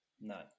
No